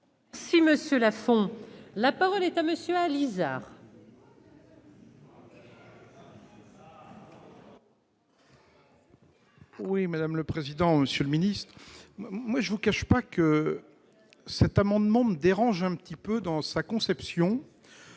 Si Monsieur Lafond la parole est à monsieur Alizart. Oui, madame le président, monsieur le Ministre, moi je ne vous cache pas que cet amendement me dérange un petit peu dans sa conception,